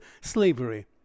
slavery